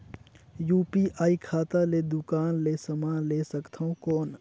UPI खाता ले दुकान ले समान ले सकथन कौन?